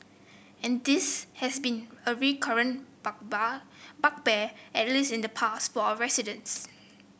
and this has been a recurrent bugbear at least in the past for our residents